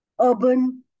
urban